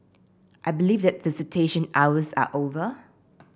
I believe that visitation hours are over